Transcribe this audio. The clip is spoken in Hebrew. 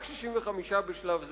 רק 65 בשלב זה,